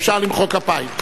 אפשר למחוא כפיים.